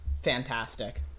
Fantastic